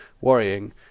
worrying